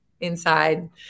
inside